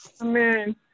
Amen